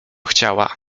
chciała